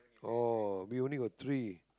oh we only got three